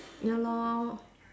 ya lor